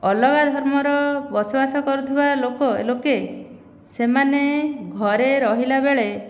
ଅଲଗା ଧର୍ମର ବସବାସ କରୁଥିବା ଲୋକ ଲୋକେ ସେମାନେ ଘରେ ରହିଲା ବେଳେ